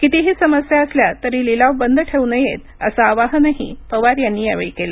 कितीही समस्या असल्या तरी लिलाव बंद ठेवू नयेत असं आवाहनही पवार यांनी यावेळी केल